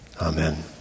Amen